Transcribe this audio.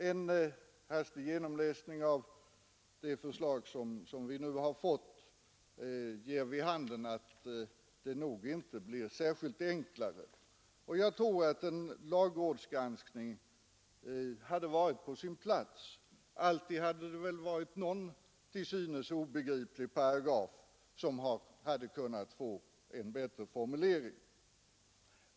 En hastig genomläsning av det förslag som vi nu har fått ger vid handen att det nog inte blir särskilt mycket enklare. Jag anser att en lagrådsgranskning hade varit på sin plats — alltid skulle väl någon till synes obegriplig paragraf ha kunnat få en bättre formulering.